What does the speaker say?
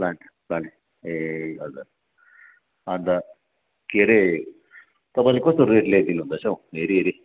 plant plant ए हजुर अन्त के अरे तपाईँले कस्तो रेटले दिनु हुँदैछ हौ हेरिहेरि